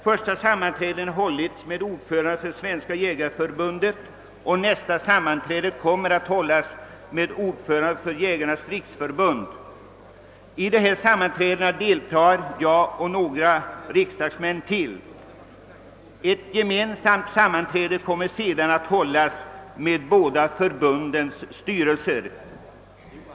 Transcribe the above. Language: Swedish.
Första sammanträdet har hållits med ordföranden för Svenska jägareförbundet, och nästa sammanträde kommer att hållas med ordföranden för Jägarnas riksförbund. I dessa sammanträden deltar jag tillsammans med några andra riksdags män. Ett gemensamt sammanträde kommer sedan att hållas med båda förbundens styrelser.